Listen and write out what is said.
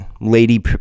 lady